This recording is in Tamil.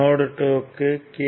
நோட் 2 க்கு கே